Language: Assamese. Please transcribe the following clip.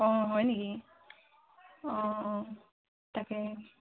অঁ হয় নেকি অঁ অঁ তাকে